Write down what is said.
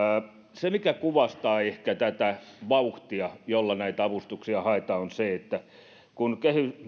se mikä ehkä kuvastaa tätä vauhtia jolla näitä avustuksia haetaan on se että kun